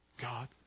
God